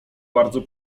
bardzo